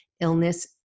illness